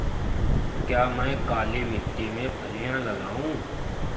क्या मैं काली मिट्टी में फलियां लगाऊँ?